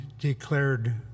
declared